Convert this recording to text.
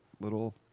little